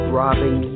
robbing